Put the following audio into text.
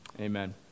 Amen